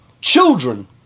Children